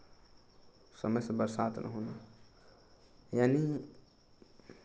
समय से बरसात ना होना यानि